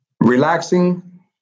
Relaxing